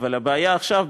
אבל הבעיה עכשיו,